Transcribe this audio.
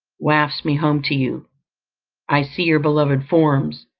wafts me home to you i see your beloved forms,